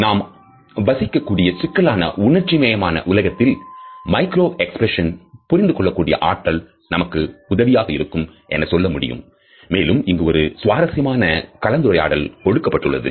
நாம் வசிக்கக்கூடிய சிக்கலான உணர்ச்சிமயமான உலகத்தில் மைக்ரோ எக்ஸ்பிரஷன் புரிந்துகொள்ளக்கூடிய ஆற்றல் நமக்கு உதவியாக இருக்கும் என சொல்ல முடியும் மேலும் இங்கு ஒரு சுவாரஸ்யமான கலந்துரையாடல் கொடுக்கப்பட்டுள்ளது